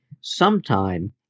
sometime